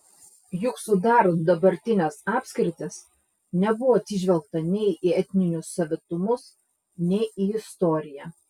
juk sudarant dabartines apskritis nebuvo atsižvelgta nei į etninius savitumus nei į istoriją